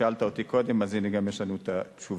שאלת אותי קודם, אז הנה, גם יש לנו את התשובה.